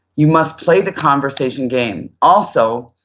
you must play the conversation game also,